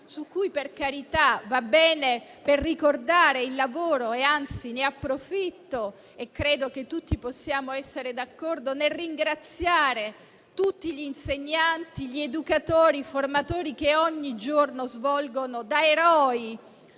formatore, che va bene per ricordare il loro lavoro - credo che tutti possiamo essere d'accordo nel ringraziare tutti gli insegnanti, gli educatori e i formatori che ogni giorno svolgono, da eroi,